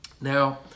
Now